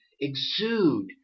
exude